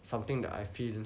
something that I feel